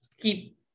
Keep